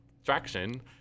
distraction